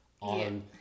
on